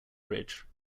bridge